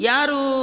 Yaru